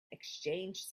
exchanged